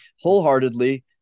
wholeheartedly